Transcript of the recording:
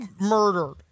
murdered